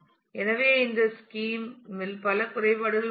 எனவே இந்த ஸ்கீம் இல் பல குறைபாடுகள் உள்ளன